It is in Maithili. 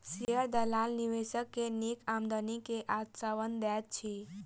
शेयर दलाल निवेशक के नीक आमदनी के आश्वासन दैत अछि